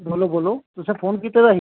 बोल्लो बोल्लो तुसें फोन कीते दा ही